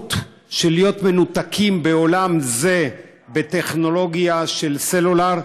המשמעות של להיות מנותקים בעולם הזה מטכנולוגיה של סלולר,